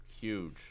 huge